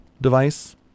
device